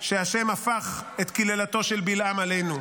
שהשם הפך את קללתו של בלעם עלינו.